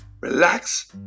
relax